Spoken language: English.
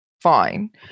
fine